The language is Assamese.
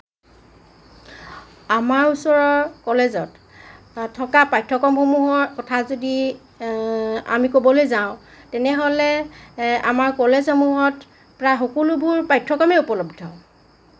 আমাৰ ওচৰৰ কলেজত থকা পাঠ্যক্ৰমসমূহৰ কথা যদি আমি ক'বলৈ যাওঁ তেনেহ'লে আমাৰ কলেজসমূহত প্ৰায় সকলোবোৰ পাঠ্যক্ৰমেই উপলব্ধ